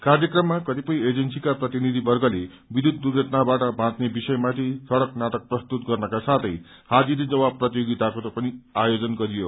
कायकममा कतिपय एजेन्सीका प्रतिनिधिर्वगले विध्यूत दुर्घटनाबाट बाँच्ने विषय माथि सड़क नाटक प्रस्तुत गर्नका साथै हाजीरी जवाब प्रतियोगिताको पनि आयोजन गरियो